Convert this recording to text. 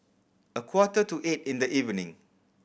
a quarter to eight in the evening